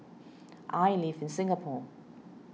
I live in Singapore